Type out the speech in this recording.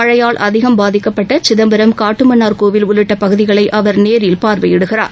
மழையால் அதிகம் பாதிக்கப்பட்ட சிதம்பரம் காட்டுமன்னார்கோவில் உள்ளிட்ட பகுதிகளை அவர் நேரில் பார்வையிடுகிறார்